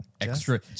extra